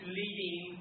leading